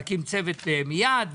להקים צוות מיד,